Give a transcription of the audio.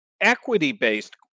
equity-based